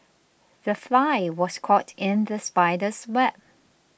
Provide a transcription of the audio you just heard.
the fly was caught in the spider's web